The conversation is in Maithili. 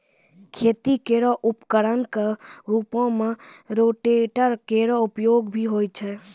खेती केरो उपकरण क रूपों में रोटेटर केरो उपयोग भी होय छै